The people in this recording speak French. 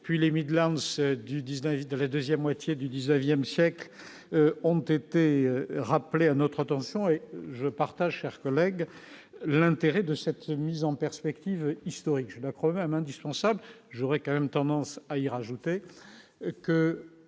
puis les mythes lance du 19ème de la 2ème moitié du XIXe siècles ont été rappelés à notre attention et je partage, chers collègues, l'intérêt de cette mise en perspective historique, je dois crever même indispensable, j'aurais quand même tendance à y rajouter que